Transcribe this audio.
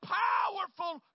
powerful